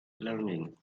learning